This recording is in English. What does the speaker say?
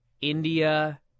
India